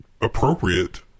appropriate